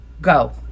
go